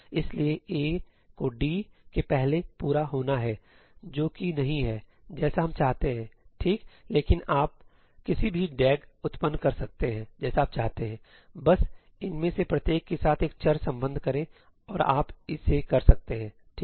इसलिए A को D के पहले पूरा होना है जो कि नहीं है जैसा हम चाहते हैं ठीक लेकिन आप जानते हैं आप किसी भी DAG उत्पन्न कर सकते हैं जैसा आप चाहते हैं बस इनमें से प्रत्येक के साथ एक चर संबद्ध करें और आप इसे कर सकते हैं ठीक है